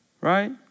Right